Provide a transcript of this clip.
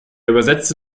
übersetzte